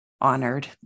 honored